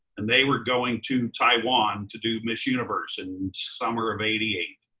and they were going to taiwan to do miss universe in summer of eighty eight.